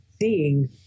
seeing